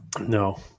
No